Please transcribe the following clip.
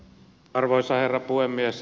arvoisa herra puhemies